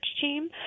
team